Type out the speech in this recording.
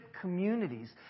communities